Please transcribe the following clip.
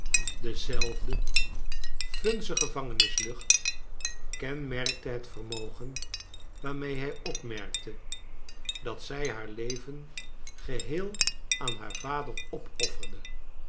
dezelfde vunze gevangenislucht kenmerkte het vermogen waarmee hij opmerkte dat zij haar leven geheel aan haar vader opofferde